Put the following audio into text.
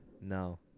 No